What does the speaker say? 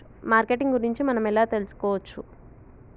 Marketing గురించి మనం ఎలా తెలుసుకోవచ్చు?